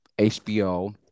HBO